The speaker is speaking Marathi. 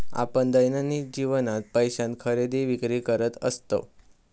आपण दैनंदिन जीवनात पैशान खरेदी विक्री करत असतव